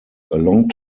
long